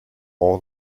all